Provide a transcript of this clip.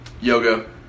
yoga